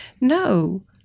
no